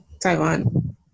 taiwan